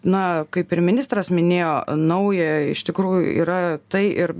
na kaip ir ministras minėjo nauja iš tikrųjų yra tai ir